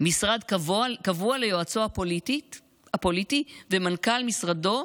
משרד קבוע ליועצו הפוליטי ומנכ"ל משרדו,